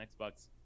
Xbox